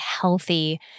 healthy